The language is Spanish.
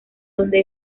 donde